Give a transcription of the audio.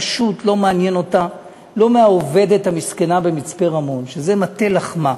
פשוט לא מעניין אותה לא מהעובדת המסכנה במצפה-רמון שזה מטה לחמה,